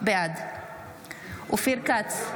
בעד אופיר כץ,